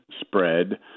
spread